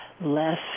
less